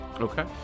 Okay